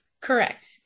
Correct